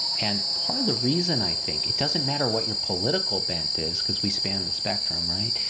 and part of the reason i think, it doesn't matter what your political bent is because we span the spectrum, right.